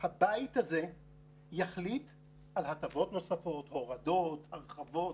מה שהם הבטיחו, שחזיתי, קורה כבר.